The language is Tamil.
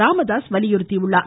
ராமதாஸ் வலியுறுத்தியுள்ளார்